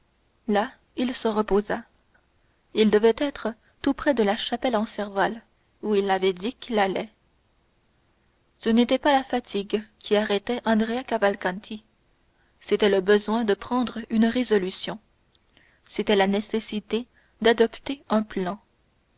là il se reposa il devait être tout près de la chapelle en serval où il avait dit qu'il allait ce n'était pas la fatigue qui arrêtait andrea cavalcanti c'était le besoin de prendre une résolution c'était la nécessité d'adopter un plan